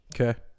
Okay